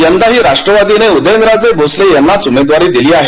यदाही राष्ट्रवादीने पुन्हा उदयनराजे भोसले यांनाच उमेदवारी दिली आहे